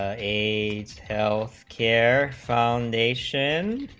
ah aids healthcare foundation